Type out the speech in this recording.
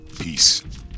Peace